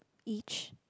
each